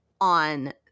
on